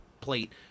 plate